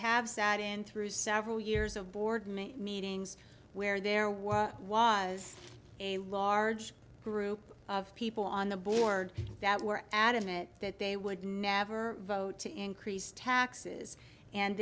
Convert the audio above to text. have sat in through several years of board me meetings where there was was a large group of people on the board that were adamant that they would never vote to increase taxes and